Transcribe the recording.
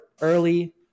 early